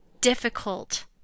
difficult